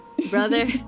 Brother